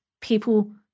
people